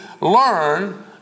learn